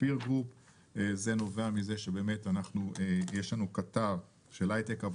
זה נובע מכך שיש לנו קטר של היי-טק,